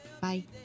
bye